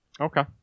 Okay